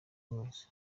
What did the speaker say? wese